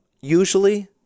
Usually